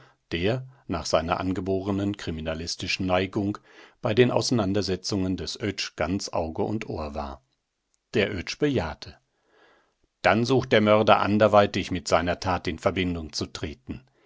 der nach seiner angeborenen kriminalistischen neigung bei den auseinandersetzungen des oetsch ganz auge und ohr war der oetsch bejahte dann sucht der mörder anderweitig mit seiner tat in verbindung zu treten